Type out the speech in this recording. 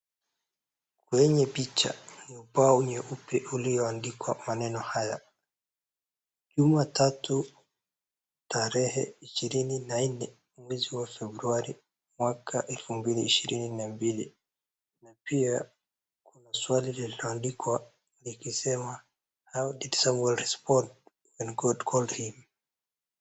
Kwenye hii picha ni ubao nyeupe uliondikwa maneno haya jumatatu tarehe ishirini na nne mwezi wa februari mwaka elfu mbili ishirini na mbili na pia kuna swali lililoandikwa linasema how did Samwel respond when God called him